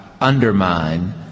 undermine